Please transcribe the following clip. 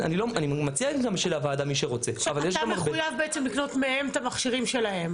אתה מחויב בעצם לקנות מהם את המכשירים שלהם.